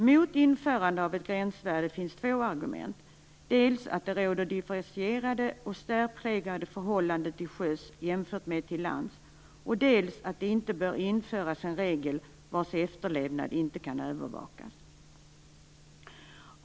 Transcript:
Mot införande av ett gränsvärde finns två argument: dels att differentierade och särpräglade förhållanden råder till sjöss jämfört med på land, dels att det inte bör införas en regel vars efterlevnad inte kan övervakas.